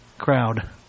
crowd